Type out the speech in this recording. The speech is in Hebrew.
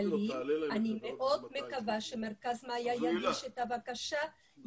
אני מאוד מקווה שמרכז 'מאיה' יגיש את הבקשה,